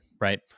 right